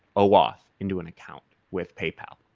oauth into an account with paypal.